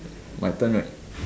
my turn right